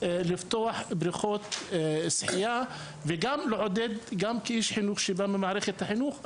להקים בריכות שחייה ולעודד לימוד שחייה.